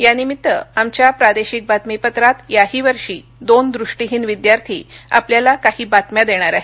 यानिमित्त आमच्या प्रादेशिक बातमीपत्रात याहीवर्षी दोन दृष्टीहिन विद्यार्थी आपल्याला काही बातम्या देणार आहेत